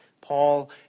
Paul